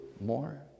more